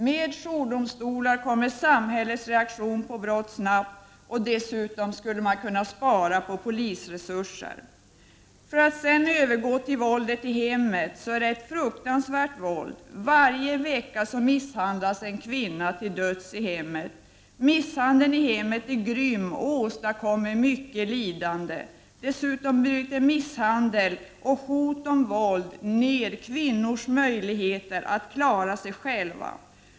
Med jourdomstolar kommer samhällets reaktion på brott snabbt. Dessutom skulle man kunna spara på polisre Surser. Våldet i hemmen är ett fruktansvärt våld. Varje vecka misshandlas en kvinna till döds i hemmet. Misshandeln i hemmen är grym och åstadkommer mycket lidande. Dessutom bryter misshandel och hot om våld ned kvinnors möjligheter att klara sig själva.